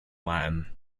latin